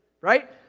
right